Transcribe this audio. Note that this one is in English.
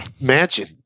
mansion